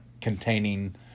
containing